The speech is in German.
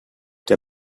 der